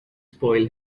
spoil